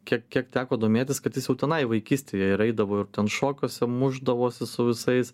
kiek kiek teko domėtis kad jis jau tenai vaikystėje ir eidavo ir ten šokiuose mušdavosi su visais